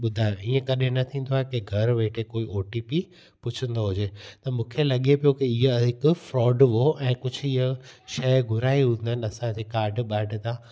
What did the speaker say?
ॿुधायो इअं कॾहिं न थींदो आहे कि घर वेठे कोई ओ टी पी पुछंदो हुजे त मूंखे लॻे पियो कि इअं हिक फ़्रॉड हुओ ऐं कुझु इहा शइ घुराई हूंदनि असांजे काड वाड था